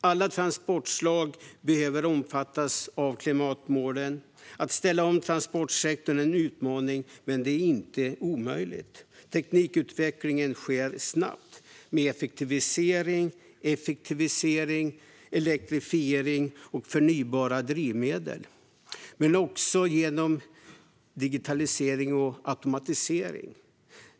Alla transportslag behöver omfattas av klimatmålen. Att ställa om transportsektorn är en utmaning, men det är inte omöjligt. Teknikutvecklingen sker snabbt genom effektivisering, elektrifiering och förnybara drivmedel, men också genom digitalisering och automatisering.